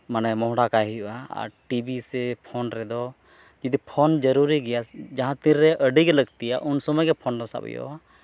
ᱢᱟᱱᱮ ᱢᱚᱦᱰᱟ ᱠᱟᱭ ᱦᱩᱭᱩᱜᱼᱟ ᱟᱨ ᱴᱤᱵᱷᱤ ᱥᱮ ᱯᱷᱳᱱ ᱨᱮᱫᱚ ᱡᱩᱫᱤ ᱯᱷᱳᱱ ᱡᱟᱹᱨᱩᱨᱤ ᱜᱮᱭᱟ ᱡᱟᱦᱟᱸ ᱛᱤᱨᱮ ᱟᱹᱰᱤᱜᱮ ᱞᱟᱹᱠᱛᱤᱭᱟ ᱩᱱ ᱥᱚᱢᱚᱭ ᱜᱮ ᱯᱷᱳᱱ ᱫᱚ ᱥᱟᱵ ᱦᱩᱭᱩᱜᱼᱟ